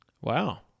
Wow